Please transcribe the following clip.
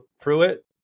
Pruitt